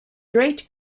great